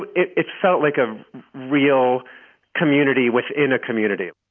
but it it felt like a real community within a community